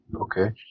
Okay